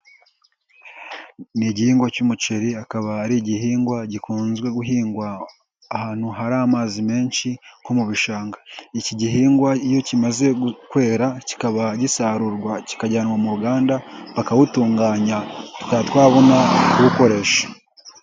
ni igihingwa cy'umuceri, akaba ari igihingwa gikunzezwe guhingwa ahantu hari amazi menshi nko mu bishanga, iki gihingwa iyo kimaze gukwera kikaba gisarurwa, kikajyanwa mu ruganda bakawutunganya, tukaba twabona kuwukoresha.